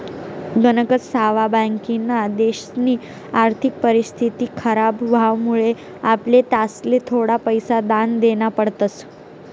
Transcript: गणकच सावा बाकिना देशसनी आर्थिक परिस्थिती खराब व्हवामुळे आपले त्यासले थोडा पैसा दान देना पडतस